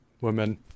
women